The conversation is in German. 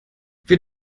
wir